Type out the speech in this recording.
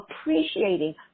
Appreciating